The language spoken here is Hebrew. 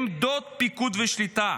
עמדות פיקוד ושליטה,